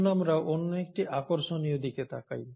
আসুন আমরা অন্য একটি আকর্ষণীয় দিকে তাকাই